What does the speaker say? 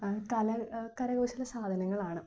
കല കരകൗശല സാധനങ്ങളാണ്